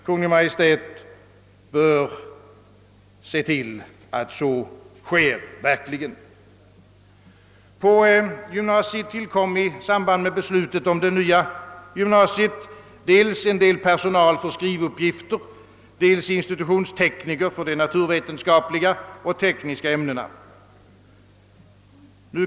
Kungl. Maj:t bör verkligen se till att så sker. På gymnasiet tillkom i samband med beslutet om det nya gymnasiet dels en del personal för skrivuppgifter, dels institutionstekniker för de naturvetenskapliga och tekniska ämnena.